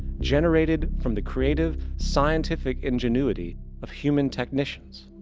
generated from the creative scientific ingenuity of human technicians.